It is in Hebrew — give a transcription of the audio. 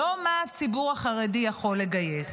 לא מה הציבור החרדי יכול לגייס.